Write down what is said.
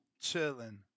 Chilling